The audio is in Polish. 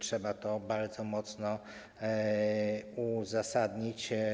Trzeba to bardzo mocno uzasadnić.